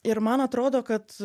ir man atrodo kad